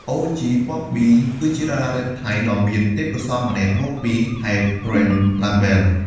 OG Bobby គឺជាតារារ៉េបថៃដ៏មានទេពកោសល្យម្នាក់មកពី Hype Train label។